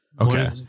Okay